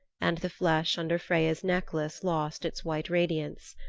and the flesh under freya's necklace lost its white radiance.